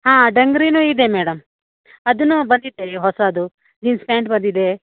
ಹಾಂ ಡಂಗ್ರಿಯೂ ಇದೆ ಮೇಡಮ್ ಅದೂನೂ ಬಂದಿದೆ ಹೊಸದೂ ಜೀನ್ಸ್ ಪ್ಯಾಂಟ್ ಬಂದಿದೆ